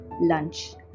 lunch